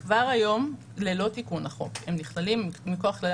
כבר היום ללא תיקון החוק הם נכללים מכוח כללי